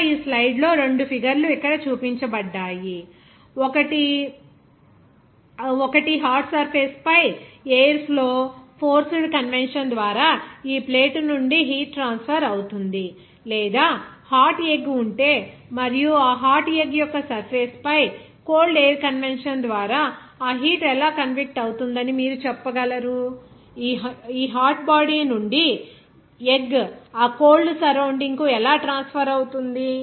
ఇక్కడ ఈ స్లైడ్లో 2 ఫిగర్ లు ఇక్కడ చూపించబడ్డాయి ఒకటి హాట్ సర్ఫేస్ పై ఎయిర్ ఫ్లో ఫోర్స్డ్ కన్వెక్షన్ ద్వారా ఈ ప్లేట్ నుండి హీట్ ట్రాన్స్ఫర్ అవుతోంది లేదా హాట్ ఎగ్ ఉంటే మరియు ఆ హాట్ ఎగ్ యొక్క సర్ఫేస్ పై కోల్డ్ ఎయిర్ కన్వెక్షన్ ద్వారా ఆ హీట్ ఎలా కన్విక్ట్ అవుతుందని మీరు ఎలా చెప్పగలరు ఈ హాట్ బాడీ నుండి ఎగ్ ఆ కోల్డ్ సరౌండింగ్ కు ఎలా ట్రాన్స్ఫర్ అవుతుంది